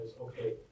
okay